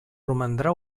romandrà